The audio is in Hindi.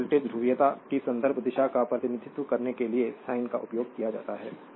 तो वोल्टेज ध्रुवीयता की संदर्भ दिशा का प्रतिनिधित्व करने के लिए साइन का उपयोग किया जाता है